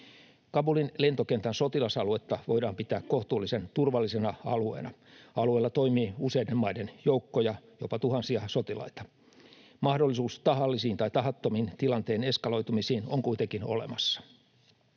Kabulin lentokentän sotilasaluetta voidaan pitää kohtuullisen turvallisena alueena. Alueella toimii useiden maiden joukkoja, jopa tuhansia sotilaita. Mahdollisuus tahallisiin tai tahattomiin tilanteen eskaloitumisiin on kuitenkin olemassa.